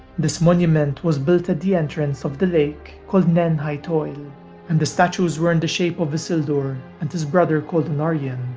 this monument was built at the entrance of the lake called nen hithoel, and the statues were in the shape of isildur and his brother called anarion.